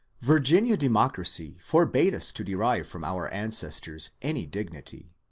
virginia democracy forbade us to derive from our ancestors any dignity.